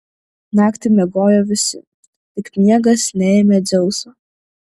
naktį miegojo visi tik miegas neėmė dzeuso